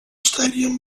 stadium